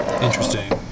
Interesting